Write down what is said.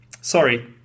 Sorry